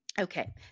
Okay